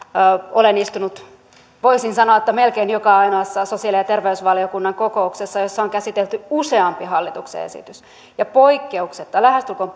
olen istunut voisin sanoa melkein joka ainoassa sosiaali ja terveysvaliokunnan kokouksessa jossa on käsitelty useampi hallituksen esitys ja lähestulkoon